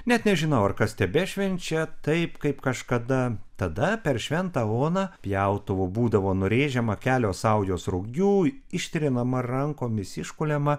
net nežinau ar kas tebešvenčia taip kaip kažkada tada per šventą oną pjautuvu būdavo nurėžiama kelios saujos rugių ištrinama rankomis iškuliama